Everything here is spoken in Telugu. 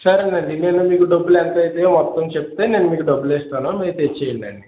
సరేనండి నేను మీకు డబ్బులు ఎంత ఐతయో మొత్తం చెప్తే నేను మీకు డబ్బులు ఇస్తాను మీరు తెచ్చేయండి అన్నీ